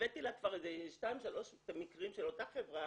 הבאתי לה שניים-שלושה מקרים של אותה חברה,